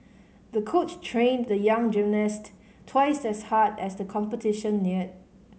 the coach trained the young gymnast twice as hard as the competition neared